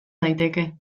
daiteke